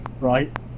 right